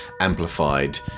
amplified